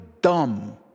dumb